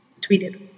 tweeted